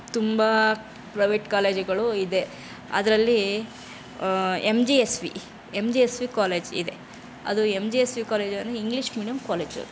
ತುಂಬ ಪ್ರೈವೇಟ್ ಕಾಲೇಜುಗಳು ಇದೆ ಅದರಲ್ಲಿ M G S V M G S V college ಇದೆ ಅದು M G S V college ಅಂದರೆ ಇಂಗ್ಲಿಷ್ ಮೀಡಿಯಮ್ ಕಾಲೇಜದು